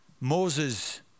Moses